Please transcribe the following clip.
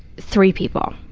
three people.